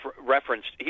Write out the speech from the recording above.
referenced